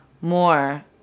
more